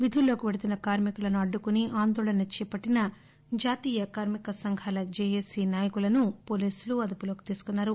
విధుల్లోకి పెళ్తోన్న కార్మికులను అడ్డుకుని ఆందోళన చేపట్లిన జాతీయ కార్మిక సంఘాల జేఏసీ నాయకులను పోలీసులు అదుపులోకి తీసుకున్నారు